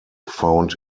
found